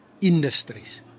industries